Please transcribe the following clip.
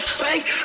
fake